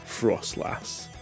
Frostlass